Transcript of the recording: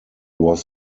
was